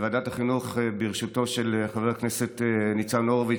לוועדת החינוך בראשותו של חבר הכנסת ניצן הורוביץ,